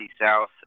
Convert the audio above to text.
South